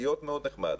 להיות מאוד נחמד,